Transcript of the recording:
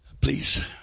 please